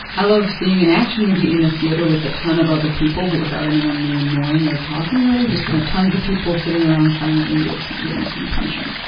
i love seeing an action movie in a theater with a ton of other people but without anyone being annoying or talking really, just kind of tons of people sitting around silently witnessing punching.